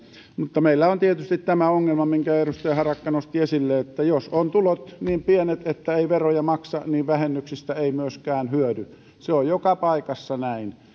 mutta meillä on tietysti tämä ongelma minkä edustaja harakka nosti esille että jos ovat tulot niin pienet että ei veroja maksa niin vähennyksistä ei myöskään hyödy se on joka paikassa näin